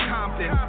Compton